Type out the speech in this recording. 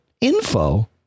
info